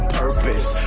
purpose